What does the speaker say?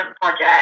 project